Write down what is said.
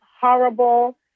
horrible